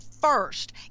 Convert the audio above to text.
first